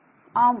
மாணவர் ஆம்